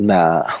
Nah